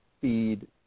feed